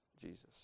Jesus